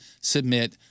submit